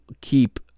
keep